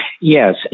Yes